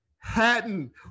Hatton